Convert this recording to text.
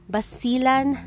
Basilan